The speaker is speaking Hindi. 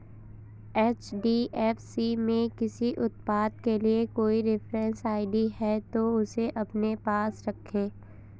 एच.डी.एफ.सी में किसी उत्पाद के लिए कोई रेफरेंस आई.डी है, तो उसे अपने पास रखें